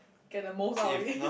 get the most out of it